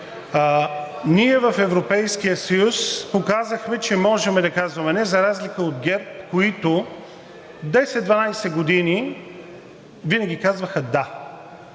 Ние в Европейския съюз показахме, че можем да казваме не, за разлика от ГЕРБ, които 10 – 12 години винаги казваха да.